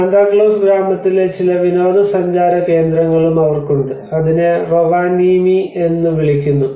Santa Claus ഗ്രാമത്തിലെ ചില വിനോദസഞ്ചാര കേന്ദ്രങ്ങളും അവർക്ക് ഉണ്ട് അതിനെ റൊവാനീമി എന്ന് വിളിക്കുന്നു